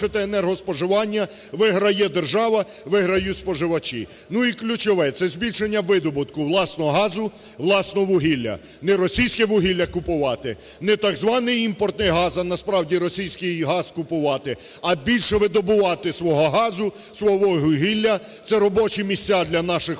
щоб зменшити енергоспоживання. Виграє держава – виграють споживачі. Ну, і ключове – це збільшення видобутку власного газу, власного вугілля, не російське вугілля купувати, не так званий імпортний газ, а, насправді, російський газ купувати, а більше видобувати свого газу, свого вугілля. Це робочі місця для наших